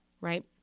Right